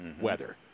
weather